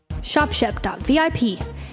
ShopShep.vip